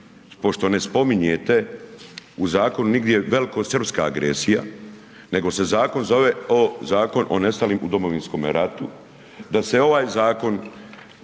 pošto ne spominjete u zakonu nigdje velikosrpska agresija, nego se zakon zove Zakon o nestalim u Domovinskome ratu, da se ovaj zakon